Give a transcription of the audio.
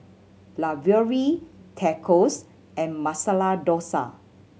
Ravioli Tacos and Masala Dosa